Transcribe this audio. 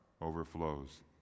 overflows